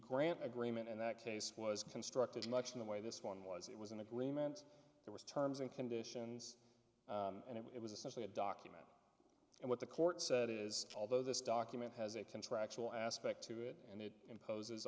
grant agreement and that case was constructed much in the way this one was it was an agreement there was terms and conditions and it was essentially a document and what the court said it is although this document has a contractual aspect to it and it imposes